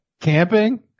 Camping